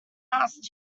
asked